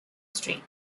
street